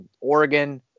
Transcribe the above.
Oregon